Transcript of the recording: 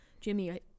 Jimmy